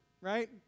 right